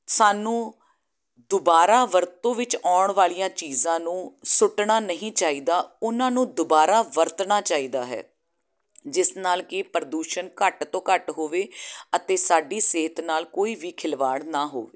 ਸਾਨੂੰ ਦੁਬਾਰਾ ਵਰਤੋਂ ਵਿੱਚ ਆਉਣ ਵਾਲੀਆਂ ਚੀਜ਼ਾਂ ਨੂੰ ਸੁੱਟਣਾ ਨਹੀਂ ਚਾਹੀਦਾ ਉਹਨਾਂ ਨੂੰ ਦੁਬਾਰਾ ਵਰਤਣਾ ਚਾਹੀਦਾ ਹੈ ਜਿਸ ਨਾਲ ਕਿ ਪ੍ਰਦੂਸ਼ਣ ਘੱਟ ਤੋਂ ਘੱਟ ਹੋਵੇ ਅਤੇ ਸਾਡੀ ਸਿਹਤ ਨਾਲ ਕੋਈ ਵੀ ਖਿਲਵਾੜ ਨਾ ਹੋਵੇ